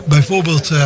Bijvoorbeeld